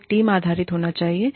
यह टीम आधारित होना चाहिए